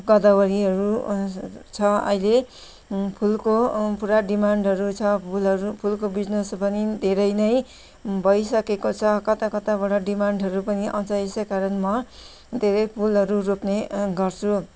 गोदावरीहरू हो छ अहिले फुलको पुरा डिमान्डहरू छ फुलहरू फुलको बिजिनेस पनि धेरै नै भइसकेको छ कता कताबाट डिमान्डहरू पनि आउँछ यसै कारण म धेरै फुलहरू रोप्ने गर्छु